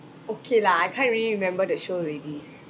okay lah I can't really remember the show already